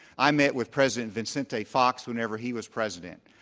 i met with president vicente fox whenever he was president.